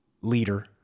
Leader